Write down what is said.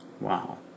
Wow